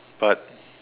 but